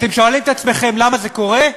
אתם שואלים את עצמכם למה זה קורה?